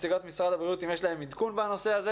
נציגת משרד הבריאות אם יש להם עדכון בנושא הזה